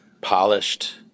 polished